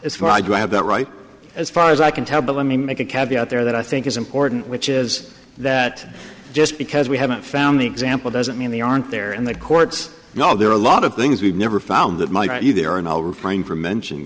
as for i do i have that right as far as i can tell but let me make a cabby out there that i think is important which is that just because we haven't found the example doesn't mean they aren't there in the courts no there are a lot of things we've never found that there are and i'll refrain from mention